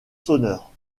sonneurs